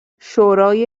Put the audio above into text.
شورای